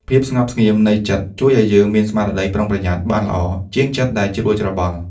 ភាពស្ងប់ស្ងៀមនៃចិត្តជួយឱ្យយើងមានស្មារតីប្រុងប្រយ័ត្នបានល្អជាងចិត្តដែលជ្រួលច្របល់។